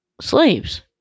slaves